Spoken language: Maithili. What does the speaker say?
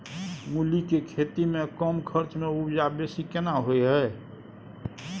मूली के खेती में कम खर्च में उपजा बेसी केना होय है?